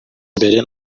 imbere